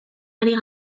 ari